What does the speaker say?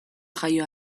jaio